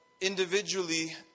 individually